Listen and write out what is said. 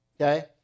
okay